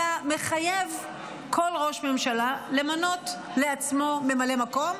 אלא מחייב כל ראש ממשלה למנות לעצמו ממלא מקום.